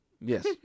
Yes